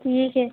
ٹھیک ہے